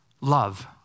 love